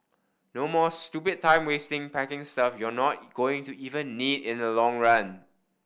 no more stupid time wasting packing stuff you're not going to even need in the long run